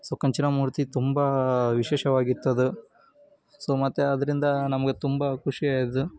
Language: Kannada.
ಸೊ ಕಂಚಿನ ಮೂರ್ತಿ ತುಂಬ ವಿಶೇಷವಾಗಿತ್ತದು ಸೊ ಮತ್ತು ಅದರಿಂದ ನಮಗೆ ತುಂಬ ಖುಷಿಯಾಯಿತು